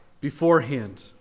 beforehand